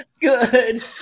good